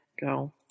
go